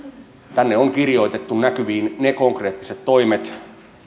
tänne on kirjoitettu näkyviin ne konkreettiset toimet